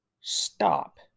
stop